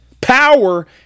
Power